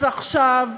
אז עכשיו,